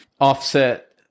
offset